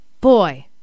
Boy